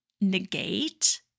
negate